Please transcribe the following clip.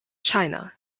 china